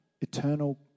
eternal